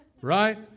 right